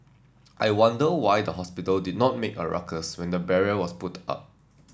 I wonder why the hospital did not make a ruckus when the barrier was put up